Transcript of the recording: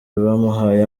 bamuhaye